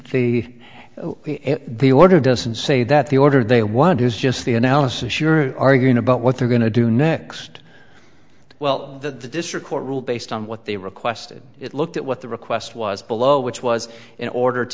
the the order doesn't say that the order they want is just the analysis you're arguing about what they're going to do next well the district court rule based on what they requested it looked at what the request was below which was in order to